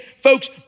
folks